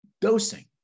dosing